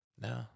No